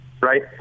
right